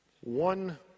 one